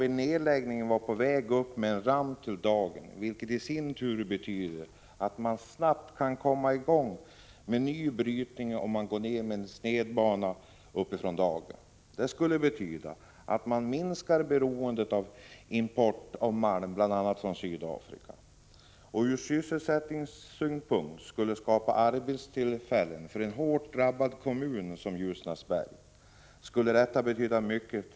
Vid nedläggningen var man på väg upp med en ramp till dagen, vilket i sin tur betyder att man snabbt kan komma i gång med ny brytning, om man går ner med en snedbana uppifrån dagen. Ett återupptagande av driften skulle betyda minskat beroende av import av malm, bl.a. från Sydafrika, och för en ur sysselsättningssynpunkt hårt drabbad kommun som Ljusnarsberg skulle det betyda mycket.